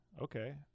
okay